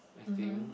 I think